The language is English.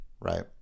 right